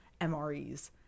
MREs